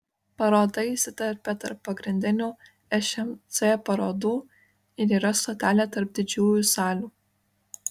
paroda įsiterpia tarp pagrindinių šmc parodų ir yra stotelė tarp didžiųjų salių